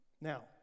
now